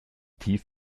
tief